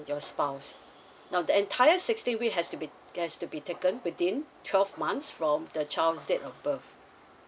your spouse now the entire sixty week has to be has to be taken within twelve months from the child's date of birth